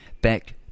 Back